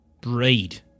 breed